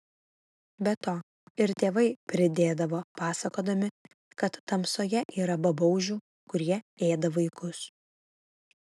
be to ir tėvai pridėdavo pasakodami kad tamsoje yra babaužių kurie ėda vaikus